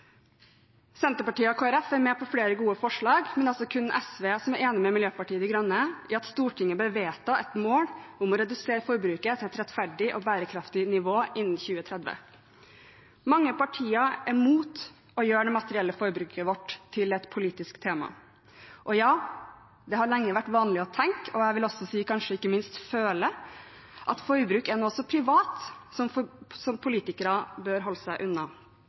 Senterpartiet og Kristelig Folkeparti er med på flere gode forslag, men det er altså kun SV som er enige med Miljøpartiet De Grønne i at Stortinget bør vedta et mål om å redusere forbruket til et rettferdig og bærekraftig nivå innen 2030. Mange partier er imot å gjøre det materielle forbruket vårt til et politisk tema. Og ja, det har lenge vært vanlig å tenke – og jeg vil også si, kanskje ikke minst føle – at forbruk er noe privat som politikere bør holde seg unna.